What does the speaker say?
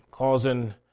causing